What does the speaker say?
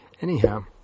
anyhow